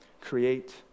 Create